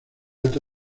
alta